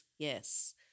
Yes